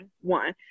One